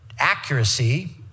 Accuracy